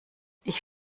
ich